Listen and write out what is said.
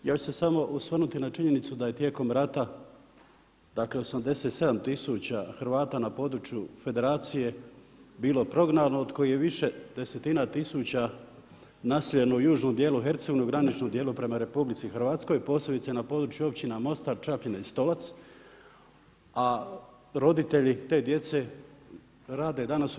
Ja ću se samo osvrnuti na činjenicu da je tijekom rata dakle 87 tisuća Hrvata na području Federacije bilo prognano od kojih je više desetina tisuća naseljeno u južnom dijelu Hercegovine, u graničnom dijelu prema RH, posebice na području općina Mostar, Čapljina i Stolac a roditelji te djece rade danas u RH.